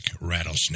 rattlesnake